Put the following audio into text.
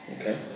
Okay